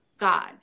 God